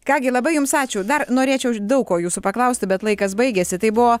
ką gi labai jums ačiū dar norėčiau daug ko jūsų paklausti bet laikas baigėsi tai buvo